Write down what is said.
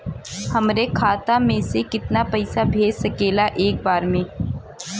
हमरे खाता में से कितना पईसा भेज सकेला एक बार में?